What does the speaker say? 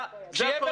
זה הכול.